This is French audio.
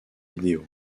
vidéo